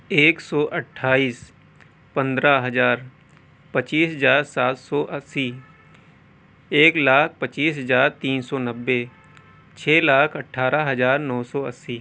ایک سو اٹھائیس پندرہ ہزار پچیس ہزار سات سو اسی ایک لاکھ پچیس ہزار تین سو نوے چھ لاکھ اٹھارہ ہزار نو سو اسی